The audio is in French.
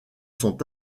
sont